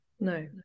No